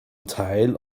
teil